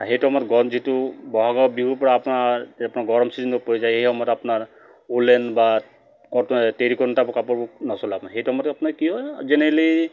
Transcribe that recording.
সেইটো সময়ত গৰম যিটো বহাগৰ বিহুৰ পৰা আপোনাৰ গৰম চিজনত পৰি যায় সেই সময়ত আপোনাৰ ওলেন বা কটন টেৰিকটন টাইপৰ কাপোৰবোৰ নচলা হয় সেইটো সময়ত আপোনাৰ কি হয় জেনেৰেলি